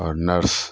आओर नर्स